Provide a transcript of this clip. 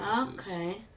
Okay